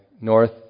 north